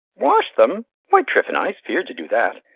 wash them! why, tryphena, i'se feared to do that.